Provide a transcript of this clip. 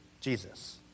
Jesus